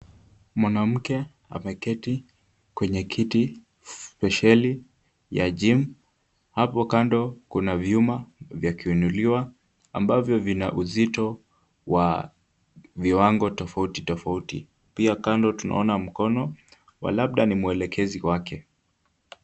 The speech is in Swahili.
Mwanamke ameketi kwenye kiti spesheli ya gym . Hapo kando kuna vyuma vya kuinuliwa ambavyo vina uzito wa viwango tofauti tofauti, pia kando tunaona mkono wa labda ni muelekezi wake.